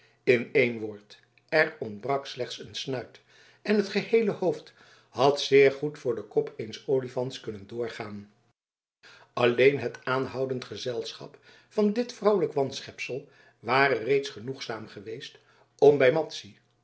in één woord er ontbrak slechts een snuit en het geheele hoofd had zeer goed voor den kop eens olifants kunnen doorgaan alleen het aanhoudend gezelschap van dit vrouwelijk wanschepsel ware reeds genoegzaam geweest om bij